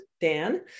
Dan